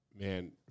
Man